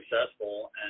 successful